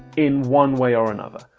in one way or another.